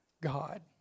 God